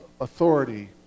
authority